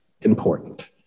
important